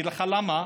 אני אגיד לך למה,